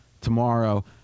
tomorrow